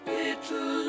little